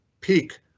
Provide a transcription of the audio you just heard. peak